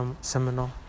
seminar